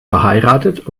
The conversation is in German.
verheiratet